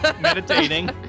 meditating